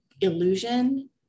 illusion